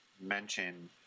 mention